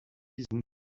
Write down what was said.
reason